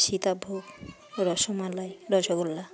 Sitabhog rasmalai rasgulla